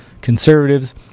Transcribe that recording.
conservatives